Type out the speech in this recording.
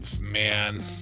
Man